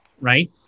right